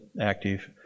active